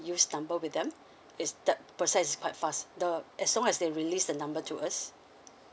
used number with them it's that process is quite fast the as long as they release the number to us